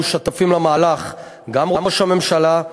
היו שותפים למהלך גם ראש הממשלה,